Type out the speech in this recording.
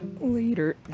Later